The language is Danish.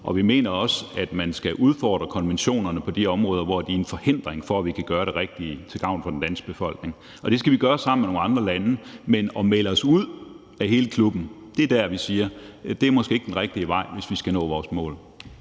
og vi mener også, at man skal udfordre konventionerne på de områder, hvor de er en forhindring for, at vi kan gøre det rigtige til gavn for den danske befolkning. Og det skal vi gøre sammen med nogle andre lande, men i forhold til at melde os ud af hele klubben siger vi, at det måske ikke er den rigtige vej, hvis vi skal nå vores mål.